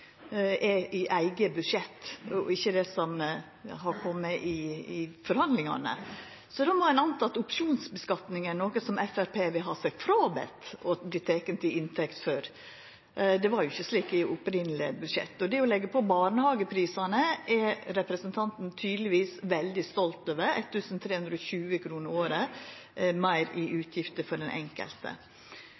er i eige budsjett, og ikkje på det som har kome i forhandlingane. Då må ein anta at opsjonsskattlegging er noko som Framstegspartiet ikkje vil verta teke til inntekt for. Det var jo ikkje slik i opphavleg budsjett. Det å leggja på barnehageprisane er representanten tydelegvis veldig stolt over – 1 320 kr året meir i utgifter for den enkelte.